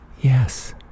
Yes